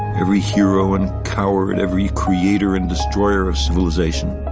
every hero and coward. every creator and destroyer of civilization.